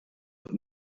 but